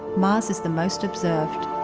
mars is the most observed.